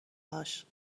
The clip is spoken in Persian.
هاش